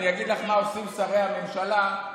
אני אגיד לך מה עושים שרי הממשלה בחינוך יהודי.